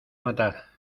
matar